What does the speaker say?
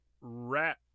Rat